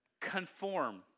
conform